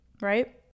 right